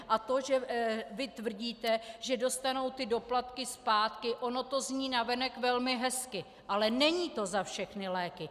A to, že vy tvrdíte, že dostanou ty doplatky zpátky, ono to zní navenek velmi hezky, ale není to za všechny léky.